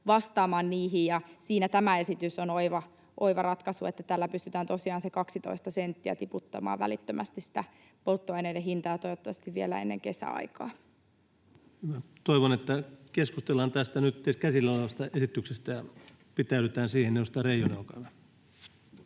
vastaamaan niihin, ja siinä tämä esitys on oiva ratkaisu: tällä pystytään tosiaan 12 senttiä tiputtamaan välittömästi sitä polttoaineiden hintaa ja toivottavasti vielä ennen kesäaikaa. Toivon, että keskustellaan tästä nyt käsillä olevasta esityksestä ja pitäydytään siinä. — Edustaja Reijonen. Arvoisa herra